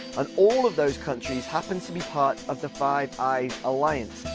and all of those countries happen to be part of the five eyes alliance,